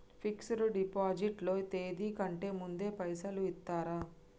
Fix డ్ deposit లో తేది కంటే ముందే పైసలు ఇత్తరా?